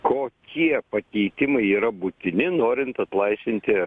kokie pakeitimai yra būtini norint atlaisvinti